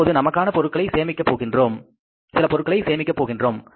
இப்போது நமக்காக சில பொருட்களை சேமிக்க போகின்றோம்